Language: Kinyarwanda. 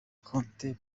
konti